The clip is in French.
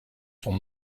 sont